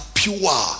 pure